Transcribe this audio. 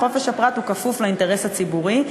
חופש הפרט כפוף לאינטרס הציבורי.